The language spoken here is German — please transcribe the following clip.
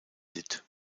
litt